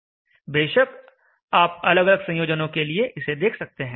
बेशक आप अलग अलग संयोजनों के लिए इसे देख सकते हैं